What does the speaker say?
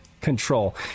control